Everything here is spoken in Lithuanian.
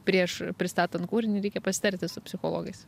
prieš pristatant kūrinį reikia pasitarti su psichologais